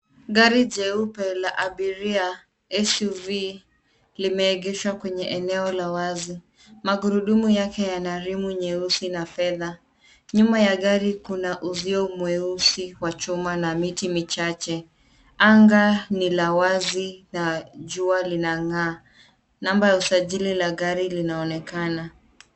Gari jeupe la abiria SUV limeegeshwa kwa eneo la wazi, magurudumu yake yana rimu nyeusi na fedha. Nyuma ya gari kuna uzio mweusi wa chuma na miti michache . Anga ni la wazi na jua lina ng'aa. Namba ya usajili wa gari unaonekana.